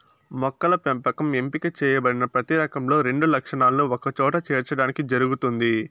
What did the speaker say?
మొక్కల పెంపకం ఎంపిక చేయబడిన ప్రతి రకంలో రెండు లక్షణాలను ఒకచోట చేర్చడానికి జరుగుతుంది